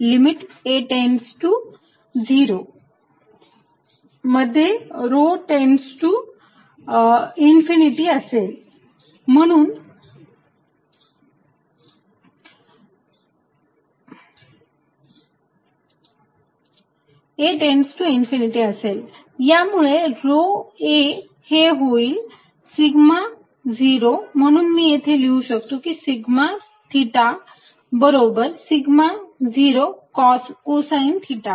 limit a tends to 0 आणि rho tends to infinity असेल यामुळे रो a हे होईल सिग्मा 0 म्हणून मी इथे लिहू शकतो सिग्मा थिटा बरोबर सिग्मा 0 कोसाईन थिटा